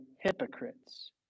hypocrites